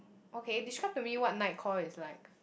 okay describe to me what Mike-Kor is like